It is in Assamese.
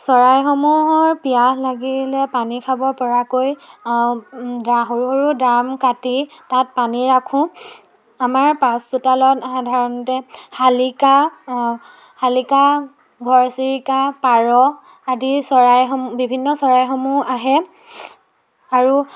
চৰাইসমূহৰ পিয়াহ লাগিলে পানী খাব পৰাকৈ সৰু সৰু ড্ৰাম কাটি তাত পানী ৰাখোঁ আমাৰ পাছচোতালত সাধাৰণতে শালিকা শালিকা ঘৰচিৰিকা পাৰ আদি চৰাইসম বিভিন্ন চৰাইসমূহ আহে আৰু